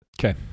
Okay